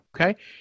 okay